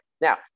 Now